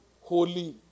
holy